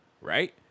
right